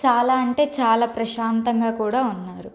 చాలా అంటే చాలా ప్రశాంతంగా కూడా ఉన్నారు